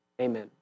Amen